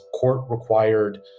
court-required